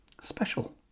special